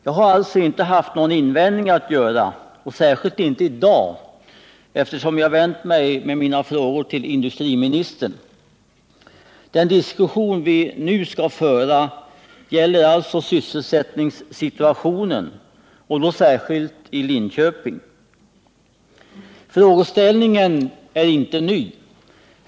Jag har alltså inte haft några invändningar att göra, särskilt inte i dag, eftersom jag vänt mig till industriministern med mina frågor. Den diskussion vi nu skall föra gäller alltså sysselsättningssituationen, särskilt i Linköping. Frågeställningen är inte ny.